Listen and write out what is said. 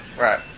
Right